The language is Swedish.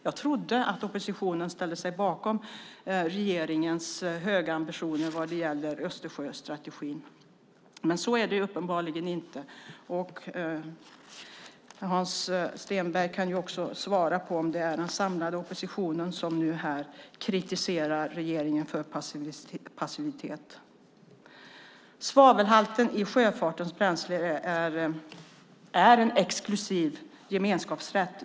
Jag trodde att oppositionen ställde sig bakom regeringens höga ambitioner vad gäller Östersjöstrategin, men så är det uppenbarligen inte. Hans Stenberg kan också svara om det är den samlade oppositionen som kritiserar regeringen för passivitet. Svavelhalten i bränslet för sjöfarten är en exklusiv gemenskapsrätt.